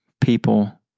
people